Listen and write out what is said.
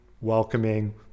welcoming